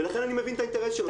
ולכן אני מבין את האינטרס שלו.